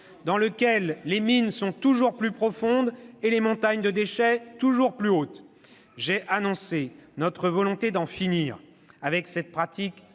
dans lequel les mines sont toujours plus profondes et les montagnes de déchets toujours plus hautes. « J'ai annoncé notre volonté d'en finir avec cette pratique